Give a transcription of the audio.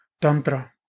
Tantra